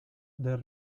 del